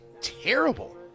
terrible